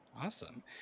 Awesome